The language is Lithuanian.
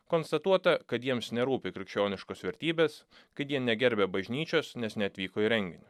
konstatuota kad jiems nerūpi krikščioniškos vertybės kad jie negerbia bažnyčios nes neatvyko į renginį